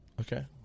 Okay